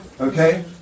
Okay